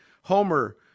Homer